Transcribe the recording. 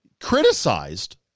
Criticized